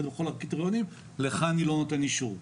בכל הקריטריונים: לך אני לא נותן אישור.